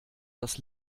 das